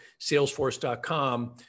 Salesforce.com